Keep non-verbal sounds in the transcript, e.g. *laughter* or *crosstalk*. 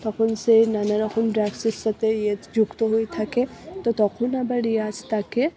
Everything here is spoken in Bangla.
তখন সে নানারকম ড্রাগসের সাথে ইয়ে *unintelligible* যুক্ত হয়ে থাকে তো তখন আবার যশ তাকে